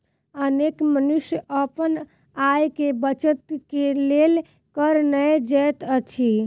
अनेक मनुष्य अपन आय के बचत के लेल कर नै दैत अछि